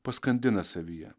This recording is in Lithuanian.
paskandina savyje